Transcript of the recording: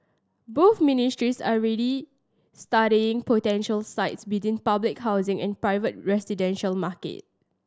both ministries are already studying potential sites within public housing and the private residential market